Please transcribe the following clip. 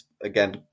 again